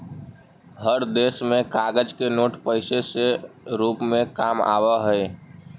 हर देश में कागज के नोट पैसे से रूप में काम आवा हई